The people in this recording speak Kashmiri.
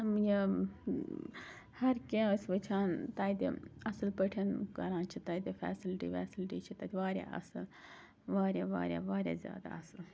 یہِ ہَر کینٛہہ ٲسۍ وٕچھان تَتہِ اَصٕل پٲٹھۍ کَران چھِ تَتہِ فیسَلٹی ویسَلٹی چھِ تَتہِ واریاہ اَصٕل واریاہ واریاہ واریاہ زیادٕ اَصٕل